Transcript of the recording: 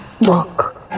look